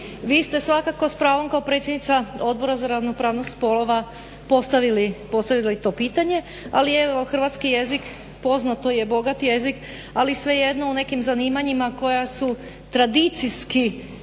Vi ste svakako s pravom kao predsjednica Odbora za ravnopravnost spolova postavili to pitanje, ali evo hrvatski jezik, poznato je bogat jezik ali svejedno u nekim zanimanjima koja su tradicijski